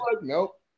Nope